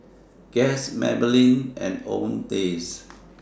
Guess Maybelline and Owndays